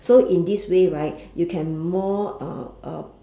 so in this way right you can more uh uh